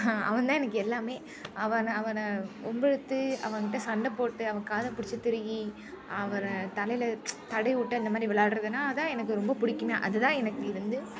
ஹான் அவன்தான் எனக்கு எல்லாமே அவனை அவனை வம்பிழுத்து அவன்கிட்ட சண்டை போட்டு அவன் காதை பிடிச்சு திருகி அவனை தலையில தடவி விட்டு அந்தமாதிரி விளையாடுறதுன்னா அதான் எனக்கு ரொம்ப பிடிக்குமே அதுதான் எனக்கு இது வந்து